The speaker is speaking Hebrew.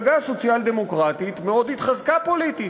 המפלגה הסוציאל-דמוקרטית מאוד התחזקה פוליטית: